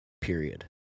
period